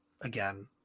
again